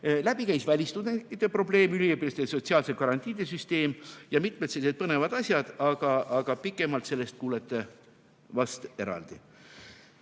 Läbi käis välistudengite probleem, üliõpilaste sotsiaalsete garantiide süsteem ja mitmed sellised põnevad asjad, aga pikemalt sellest kuulete vahest eraldi.